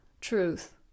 truth